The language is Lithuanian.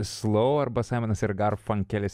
slou arba saimonas ir garfunkelis